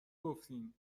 گفتین